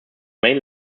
main